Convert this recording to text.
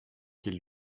qu’ils